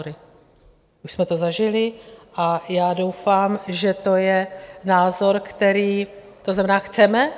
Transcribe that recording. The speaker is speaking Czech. Už jsme to zažili a já doufám, že to je názor, který to zrovna chceme?